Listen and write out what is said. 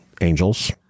Angels